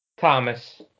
Thomas